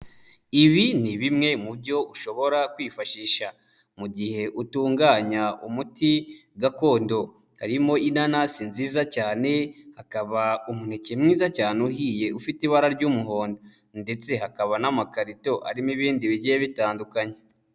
Ibi ni bimwe mu byo ushobora kwifashisha mu gihe utunganya umuti gakondo: harimo inanasi nziza cyane, hakaba umuneke mwiza cyane uhiye ufite ibara ry'umuhondo, ndetse hakaba n'amakarito arimo ibindi bigiye bitandukanye.